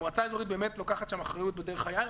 המועצה האזורית באמת לוקחת שם אחריות בדרך היין,